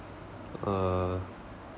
uh